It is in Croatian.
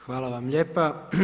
Hvala vam lijepa.